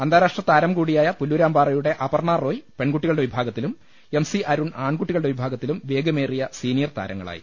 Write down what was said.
അന്താരാഷ്ട്ര താരം കൂടിയായ പുല്ലാരാം പാറയുടെ അപർണറോയ് പെൺകുട്ടികളുടെ വിഭാഗത്തിലും എം സി അരുൺ ആൺകുട്ടികളുടെ വിഭാ ഗത്തിലും വേഗമേറിയ സീനിയർ താരങ്ങളായി